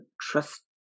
trust